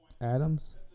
Adams